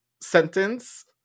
sentence